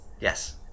Yes